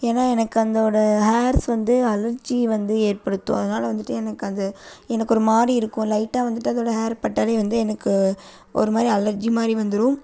ஏன்னா எனக்கு அந்தவோட ஹேர்ஸ் வந்து அலர்ஜி வந்து ஏற்படுத்தும் அதனால் வந்துட்டு எனக்கு அது எனக்கு ஒருமாதிரி இருக்கும் லைட்டாக வந்துட்டு அதோட ஹேர் பட்டாலே வந்து எனக்கு ஒருமாதிரி அலர்ஜி மாதிரி வந்துடும்